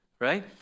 right